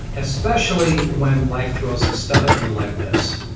especially when life throws stuff at you like this.